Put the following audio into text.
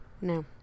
No